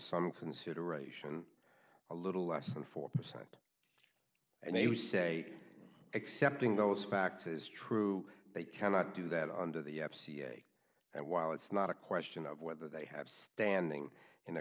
some consideration a little less than four percent and you say accepting those facts is true they cannot do that under the f c a and while it's not a question of whether they have standing in